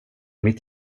mitt